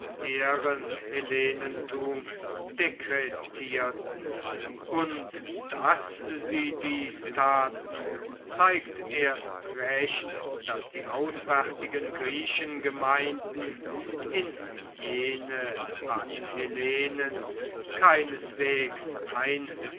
das ehren hellenentum dekretierten und daß sie dies taten zeigt erst recht daß die auswärtigen griechengemeinden in jene panhellenen keineswegs einbegriffen